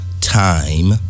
Time